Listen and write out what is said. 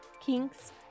kinks